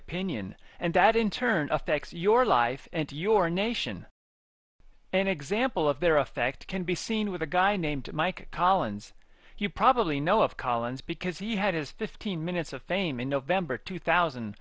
opinion and that in turn affects your life and your nation an example of their effect can be seen with a guy named mike collins you probably know of collins because he had his fifteen minutes of fame in november two thousand